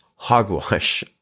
Hogwash